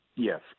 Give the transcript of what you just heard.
Yes